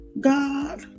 God